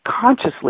consciously